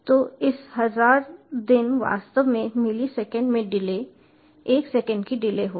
तो इस हजार दिन वास्तव में मिलीसेकंड में डिले 1 सेकंड की डिले होगी